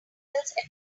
particles